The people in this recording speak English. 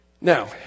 Now